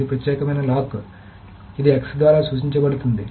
ఇది ప్రత్యేకమైన లాక్ ఇది X ద్వారా సూచించబడుతుంది